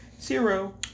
zero